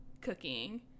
cooking